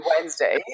Wednesday